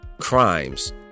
crimes